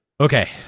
Okay